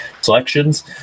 selections